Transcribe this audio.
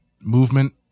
movement